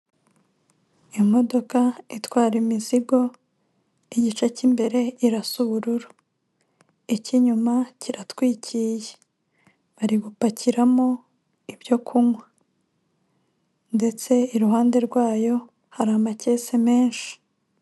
Imodoka itwara imizigo igice cy'imbere irasa ubururu, icy'inyuma kiratwikiriye ari gupakiramo ibyo kunywa ndetse iruhande rwayo hari amakese menshi.